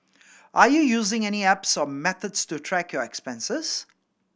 are you using any apps or methods to track your expenses